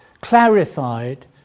clarified